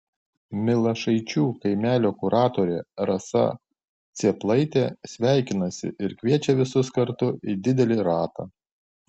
milašaičių kaimelio kuratorė rasa cėplaitė sveikinasi ir kviečia visus kartu į didelį ratą